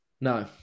No